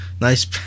Nice